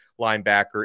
linebacker